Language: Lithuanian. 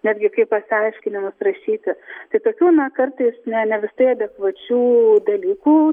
netgi kaip pasiaiškinimus rašyti tai tokių na kartais ne ne visai adekvačių dalykų